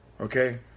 okay